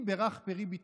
אם בירך פרי בטנך,